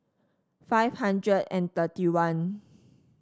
five hundred and thirty one